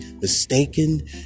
mistaken